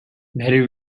very